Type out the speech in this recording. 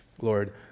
Lord